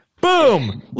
Boom